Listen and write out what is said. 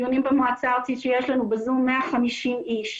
דיונים במועצה הארצית שיש לנו ב-זום עם 150 אנשים.